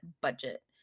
budget